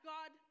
God